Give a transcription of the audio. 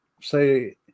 say